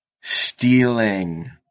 stealing